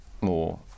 more